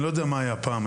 אני לא יודע מה היה פעם.